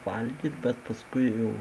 valgyti bet paskui jau